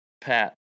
pat